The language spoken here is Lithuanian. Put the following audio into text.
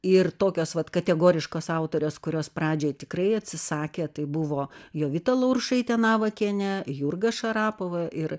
ir tokios vat kategoriškos autorės kurios pradžioj tikrai atsisakė tai buvo jovita laurušaitė navakienė jurga šarapova ir